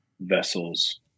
vessels